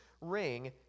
ring